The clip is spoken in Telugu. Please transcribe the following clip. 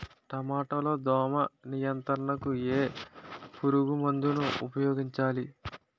టమాటా లో దోమ నియంత్రణకు ఏ పురుగుమందును ఉపయోగించాలి?